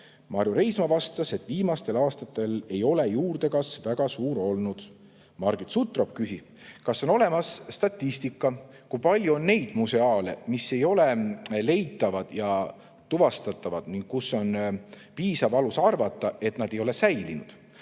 Marju Reismaa vastas, et viimastel aastatel ei ole juurdekasv väga suur olnud. Margit Sutrop küsis, kas on olemas statistika, kui palju on neid museaale, mis ei ole leitavad ja tuvastatavad ning mille puhul on piisav alus arvata, et need ei ole säilinud.